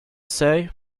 say